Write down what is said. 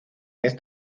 mes